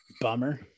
Bummer